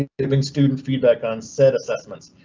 giving students feedback onset assessments,